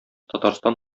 татарстан